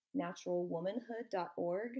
naturalwomanhood.org